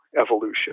evolution